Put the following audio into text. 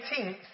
18th